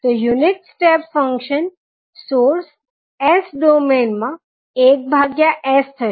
તો unit step function source S domain માં 1s થશે